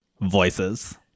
Voices